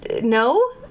no